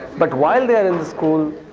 but while they are in the school,